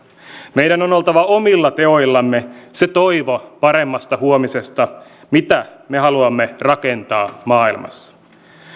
meidän on oltava omilla teoillamme toivo paremmasta huomisesta mitä me haluamme rakentaa maailmassa